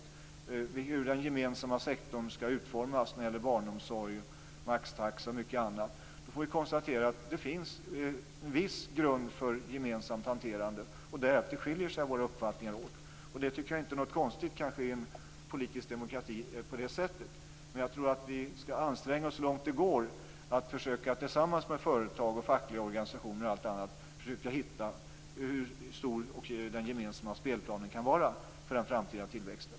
Det handlar om hur den gemensamma sektorn skall utformas när det gäller barnomsorg, maxtaxa och mycket annat. Då kan vi konstatera att det finns en viss grund för gemensamt hanterande, och därefter skiljer sig våra uppfattningar åt. Det tycker jag kanske inte är något konstigt i en politisk demokrati. Men jag tror att vi skall anstränga oss så långt det går att tillsammans med företag, fackliga organisationer och allt annat försöka avgöra hur stor den gemensamma spelplanen kan vara för den framtida tillväxten.